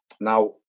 now